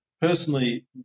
Personally